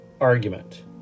argument